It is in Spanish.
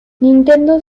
nintendo